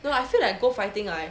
no I feel like go fighting right